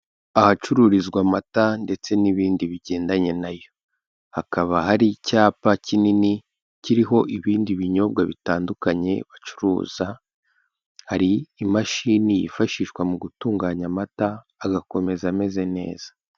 Ahacururizwa amata ndetse n'ibindi bigendanye nayo, hakaba hari icyapa kinini kiriho ibindi binyobwa bitandukanye bacuruza, hari imashini yifashishwa mu gutunganya amata agakomeza ameze neza.